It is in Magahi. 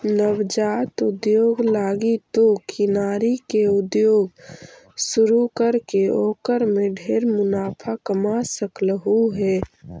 नवजात उद्योग लागी तु किनारी के उद्योग शुरू करके ओकर में ढेर मुनाफा कमा सकलहुं हे